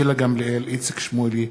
גילה גמליאל, איציק שמולי,